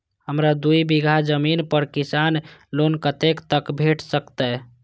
हमरा दूय बीगहा जमीन पर किसान लोन कतेक तक भेट सकतै?